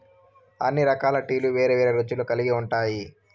అన్ని రకాల టీలు వేరు వేరు రుచులు కల్గి ఉంటాయి